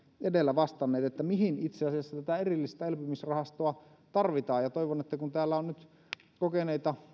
edellä vastanneet mihin itse asiassa tätä erillistä elpymisrahastoa tarvitaan toivon että kun täällä on nyt kuitenkin kokeneita